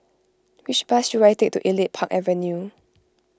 which bus should I take to Elite Park Avenue